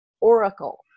oracle